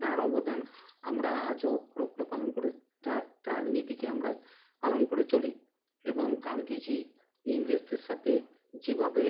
তার অবদান আমরা আজও অক্ষরে অক্ষরে পালন করে তার তার নীতিকে আমরা পালন করে চলি এবং গান্ধীজি ইংরেজদের সাথে যেভাবে